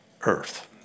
earth